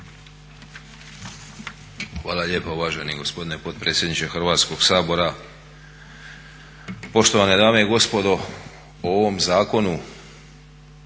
Hvala lijepo uvaženi gospodine potpredsjedniče Hrvatskog sabora. Poštovane dame i gospodo. O ovom zakonu